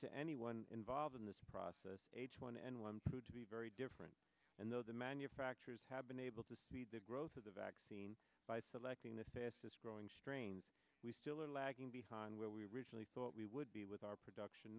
to anyone involved in this process h one n one flu to be very different and though the manufacturers have been able to speed the growth of the vaccine by selecting the fastest growing strain we still are lagging behind where we originally thought we would be with our production